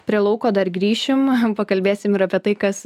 prie lauko dar grįšim pakalbėsim ir apie tai kas